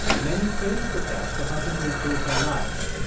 many praised the test for helping to improve their lives.